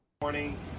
Morning